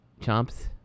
chomps